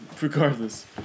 Regardless